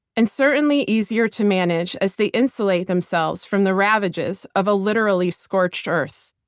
and certainly easier to manage as they insulate themselves from the ravages of a literally scorched earth.